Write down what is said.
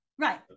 Right